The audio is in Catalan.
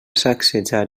sacsejar